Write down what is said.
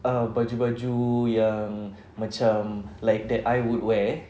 uh baju-baju yang macam like that I would wear